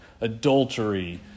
adultery